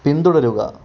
പിന്തുടരുക